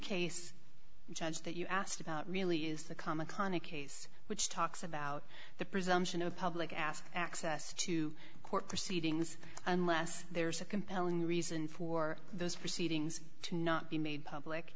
case judge that you asked about really is the comma conic case which talks about the presumption of public ask access to court proceedings unless there's a compelling reason for those proceedings to not be made public